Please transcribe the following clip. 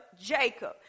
Jacob